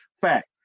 fact